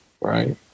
Right